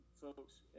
folks